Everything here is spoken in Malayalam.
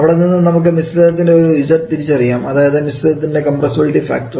അവിടെ നിന്നും നമുക്ക് മിശ്രിതത്തിന് ഒരു Z തിരിച്ചറിയാം അതായത് മിശ്രിതത്തിൻറെ കംപ്രസ്സബിലിറ്റി ഫാക്ടർ